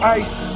ice